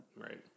Right